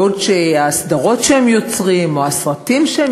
בעוד הסדרות שהם יוצרים או הסרטים שהם